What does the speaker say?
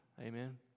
Amen